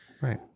right